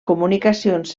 comunicacions